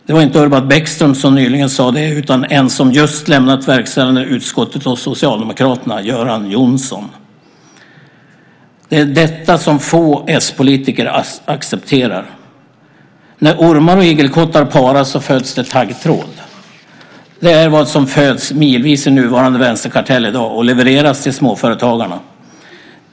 Det var inte Urban Bäckström som nyligen sade detta, utan en person som just lämnat verkställande utskottet hos Socialdemokraterna - Göran Johnsson. Det är detta som få s-politiker accepterar. När ormar och igelkottar paras föds taggtråd. Det är vad som föds milvis i nuvarande vänsterkartell i dag och levereras till småföretagarna.